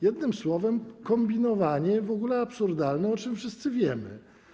Jednym słowem: kombinowanie, w ogóle absurdalne, o czym wszyscy wiemy.